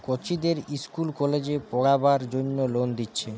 কচিদের ইস্কুল কলেজে পোড়বার জন্যে লোন দিচ্ছে